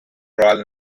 royal